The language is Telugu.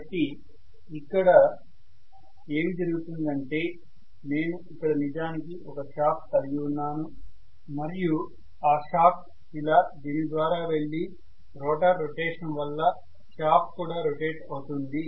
కాబట్టి ఇక్కడ ఏమి జరుగుతుంది అంటే నేను ఇక్కడ నిజానికి ఒక షాఫ్ట్ కలిగి ఉన్నాను మరియు ఆ షాఫ్ట్ ఇలా దీని ద్వారా వెళ్లి రోటర్ రొటేషన్ వల్ల షాఫ్ట్ కూడా రొటేట్ అవుతుంది